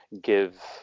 give